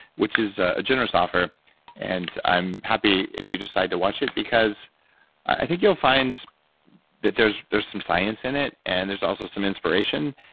which is a generous offer and i'm happy if you decide to watch it, because i think you'll find that there's there's some science in it, and there's also some inspiration.